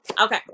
okay